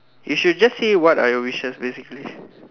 you should just say what are your wishes basically